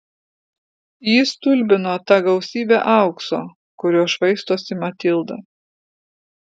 jį stulbino ta gausybė aukso kuriuo švaistosi matilda